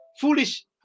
foolish